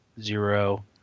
zero